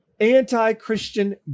anti-Christian